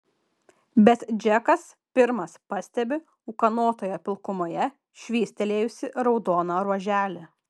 bet džekas pirmas pastebi ūkanotoje pilkumoje švystelėjusį raudoną ruoželį